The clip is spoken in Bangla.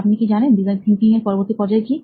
আপনি কি জানেন ডিজাইন থিঙ্কিং এর পরবর্তী পর্যায় কি